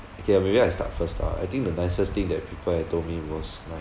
okay ah maybe I start first lah I think the nicest thing that people have told me was like